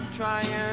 trying